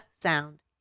sound